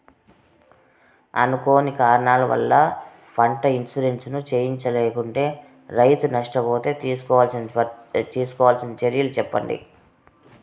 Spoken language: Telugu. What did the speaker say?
అనుకోని కారణాల వల్ల, పంట ఇన్సూరెన్సు చేయించలేకుంటే, రైతు నష్ట పోతే తీసుకోవాల్సిన చర్యలు సెప్పండి?